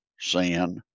sin